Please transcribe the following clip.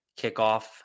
kickoff